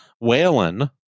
Whalen